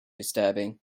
disturbing